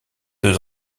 deux